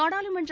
நாடாளுமன்ற